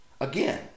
again